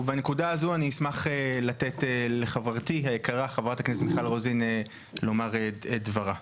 בנקודה הזו אשמח לתת לחברתי היקרה חברת הכנסת מיכל רוזין לומר את דברה.